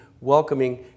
welcoming